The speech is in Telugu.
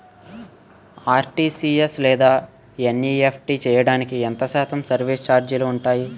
ఆర్.టీ.జీ.ఎస్ లేదా ఎన్.ఈ.ఎఫ్.టి చేయడానికి ఎంత శాతం సర్విస్ ఛార్జీలు ఉంటాయి?